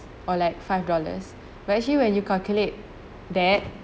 or like five dollars but actually when you calculate that